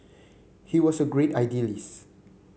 he was a great idealists